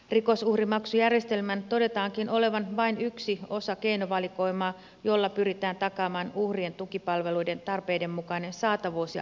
rikosuhrimaksujärjestelmän todetaankin olevan vain yksi osa keinovalikoimaa jolla pyritään takaamaan uhrien tuki palveluiden tarpeidenmukainen saatavuus ja maksuttomuus